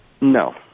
No